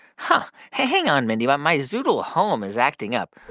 huh. hang hang on, mindy. my my zoodle home is acting up.